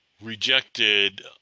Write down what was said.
rejected